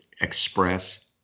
express